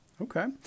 Okay